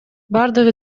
бардыгы